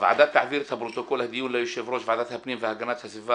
"הוועדה תעביר את פרוטוקול הדיון ליושב-ראש ועדת הפנים והגנת הסביבה,